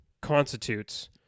constitutes